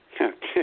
Okay